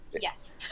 Yes